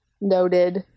noted